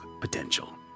potential